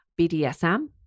BDSM